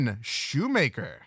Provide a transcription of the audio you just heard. Shoemaker